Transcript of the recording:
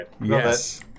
Yes